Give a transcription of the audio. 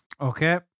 Okay